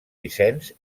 vicenç